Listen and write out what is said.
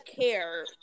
care